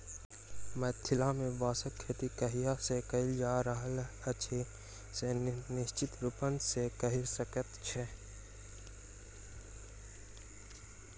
मिथिला मे बाँसक खेती कहिया सॅ कयल जा रहल अछि से निश्चित रूपसॅ नै कहि सकैत छी